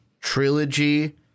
trilogy